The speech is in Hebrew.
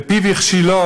ופיו הכשילו,